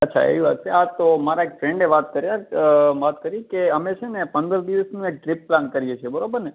અચ્છા એવી વાત છે હા તો મારા એક ફ્રેન્ડે વાત કરેલ અ વાત કરી કે અમે છે ને પંદર દિવસનું એક ટ્રિપ પ્લાન કરીએ છીએ બરોબર ને